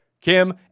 Kim